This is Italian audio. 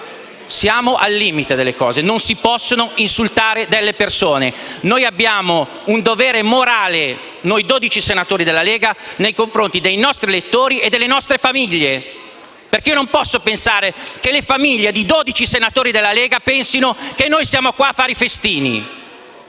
siamo al limite. Non si possono insultare le persone. Abbiamo un dovere morale, noi dodici senatori della Lega, nei confronti dei nostri elettori e delle nostre famiglie. Non posso pensare che le famiglie di dodici senatori della Lega pensino che siamo qui a fare i festini.